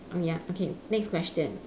mm ya okay next question